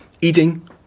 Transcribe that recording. eating